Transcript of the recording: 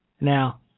Now